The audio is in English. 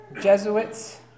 Jesuits